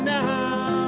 now